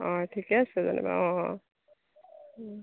অ ঠিকে আছে যেনিবা অ